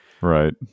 Right